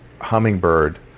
Hummingbird